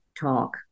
talk